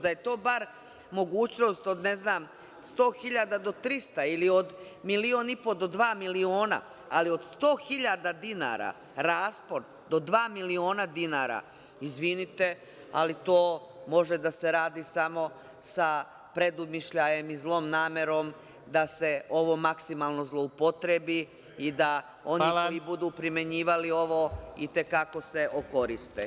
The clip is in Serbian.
Da je to bar mogućnost od, ne znam, 100 hiljada do 300, ili od milion i po do dva miliona, ali od 100 hiljada dinara raspon do dva miliona dinara, izvinite, ali to može da se radi samo sa predumišljajem i zlom namerom, da se ovo maksimalno zloupotrebi i da oni koji budu primenjivali ovo i te kako se okoriste.